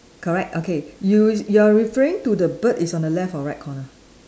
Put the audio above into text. correct okay you you are referring to the bird is on the left or right corner